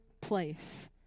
place